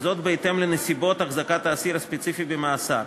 וזאת בהתאם לנסיבות החזקת האסיר הספציפי במאסר.